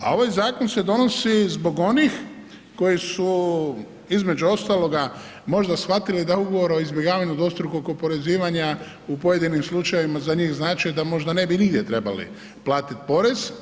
A ovaj zakon se donosi zbog onih koji su između ostaloga možda shvatili da ugovor o izbjegavanju dvostrukog oporezivanja u pojedinim slučajevima za njih znači da možda ne bi nigdje ne bi trebali platiti porez.